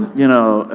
you know,